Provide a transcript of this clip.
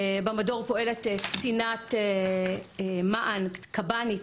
במדור פועלת קצינת מען, קב"נית,